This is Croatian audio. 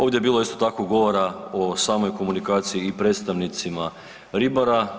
Ovdje je bilo isto tako govora o samoj komunikaciji i predstavnicima ribara.